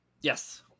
Yes